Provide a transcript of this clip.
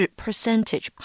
percentage